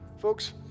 Folks